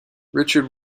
richard